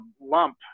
lump